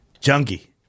Junkie